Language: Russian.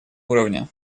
уровне